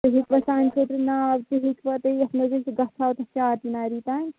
تُہۍ ہیٚکوَہ سانہِ خٲطرٕناوتہِ ہیٚکوہ تُہۍ یَتھ منٛزأسۍ گژھہاوتَتھ چارچناری تانۍ